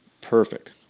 Perfect